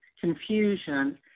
confusion